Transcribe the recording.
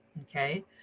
Okay